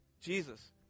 jesus